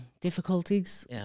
difficulties